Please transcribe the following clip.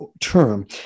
term